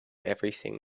everything